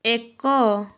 ଏକ